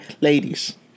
Ladies